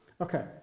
Okay